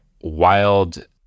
wild